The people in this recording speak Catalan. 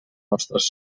nostres